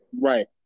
Right